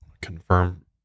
Confirm